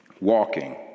Walking